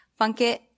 funkit